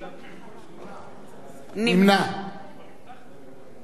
נמנע בנימין בן-אליעזר,